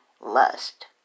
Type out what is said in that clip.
lust